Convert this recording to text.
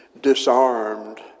disarmed